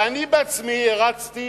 ואני עצמי הרצתי